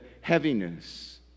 heaviness